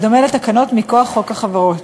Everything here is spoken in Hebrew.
בדומה לתקנות מכוח חוק החברות.